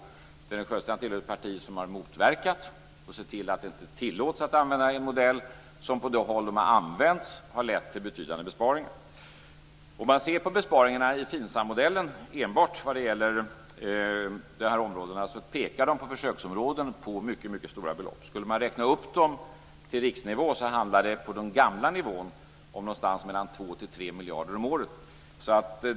Sven-Erik Sjöstrand tillhör ett parti som har motverkat och sett till att man inte tillåts att använda en modell som på de håll de har använts har lett till betydande besparingar. Besparingarna i FINSAM-modellen enbart vad gäller försöksområdena pekar på mycket stora belopp. Skulle man räkna upp dem till riksnivå handlar det på den gamla nivån om någonstans mellan 2 och 3 miljarder om året.